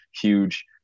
huge